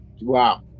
wow